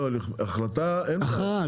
הכרעה?